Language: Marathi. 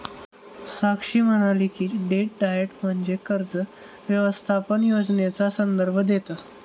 साक्षी म्हणाली की, डेट डाएट म्हणजे कर्ज व्यवस्थापन योजनेचा संदर्भ देतं